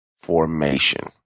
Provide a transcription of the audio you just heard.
formation